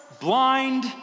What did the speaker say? blind